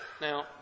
Now